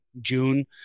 June